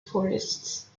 forests